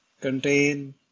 contain